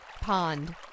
pond